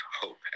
hope